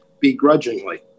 begrudgingly